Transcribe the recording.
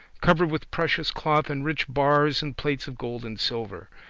covered with precious cloth and rich bars and plates of gold and silver.